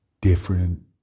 different